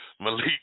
Malik